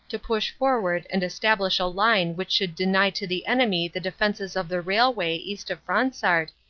to push forward and establish a line which should deny to the enemy the defenses of the rail way east of fransart,